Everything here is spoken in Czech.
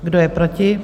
Kdo je proti?